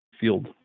field